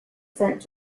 sent